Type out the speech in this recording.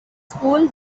school